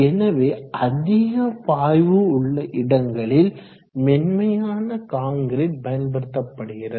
எனவே அதிக பாய்வு உள்ள இடங்களில் மென்மையான கான்கிரீட் பயன்படுத்தப்படுகிறது